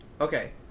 Okay